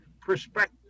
perspective